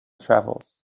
travels